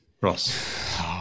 Ross